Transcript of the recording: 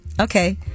okay